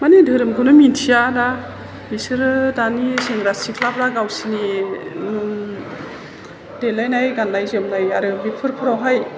माने धोरोमखौनो मिथिया दा बिसोरो दानि सेंग्रा सिख्लाफ्रा गावसिनि देलायनाय गान्नाय जोमनाय आरो बेफोरफ्रावहाय